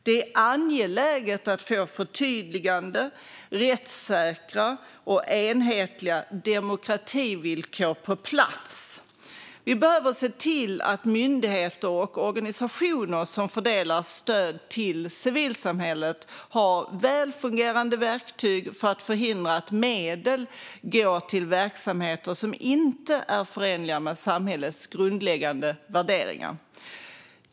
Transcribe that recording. Det är angeläget att få förtydligade, rättssäkra och enhetliga demokrativillkor på plats. Vi behöver se till att myndigheter och organisationer som fördelar stöd till civilsamhället har välfungerande verktyg för att förhindra att medel går till verksamheter som inte är förenliga med samhällets grundläggande värderingar.